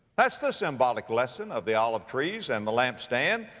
that's the symbolic lesson of the olive trees and the lampstand.